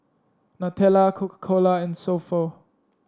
Nutella Coca Cola and So Pho